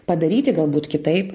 padaryti galbūt kitaip